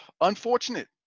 unfortunate